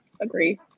Agree